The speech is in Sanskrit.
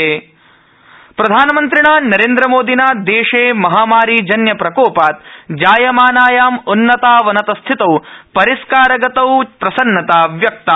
प्रधानमंत्री फिक्की प्रधानमन्त्रिणा नरेन्द्र मोदिना देशे महामारीजन्यप्रकोपात् जायमानायाम् उन्नतावनतस्थितौ परिस्कारगतौ प्रसन्नता व्यक्ता